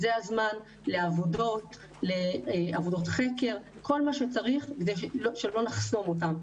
ולכן זה הזמן לעבור לעבודות חקר או כל מה שצריך כדי לא לחסום אותם.